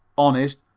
honest,